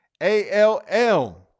A-L-L